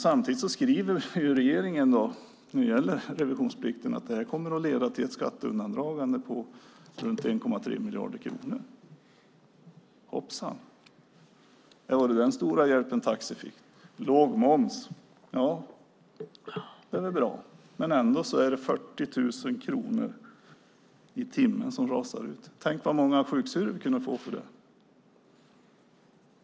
Samtidigt skriver regeringen när det gäller revisionsplikten att detta kommer att leda till ett skatteundandragande på runt 1,3 miljarder kronor. Hoppsan! Var det den stora hjälpen taxi fick? Låg moms - ja, det är väl bra, men det är ändå 40 000 kronor i timmen som rasar ut. Tänk vad många sjuksyrror vi kunde få för det!